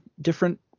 different